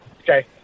okay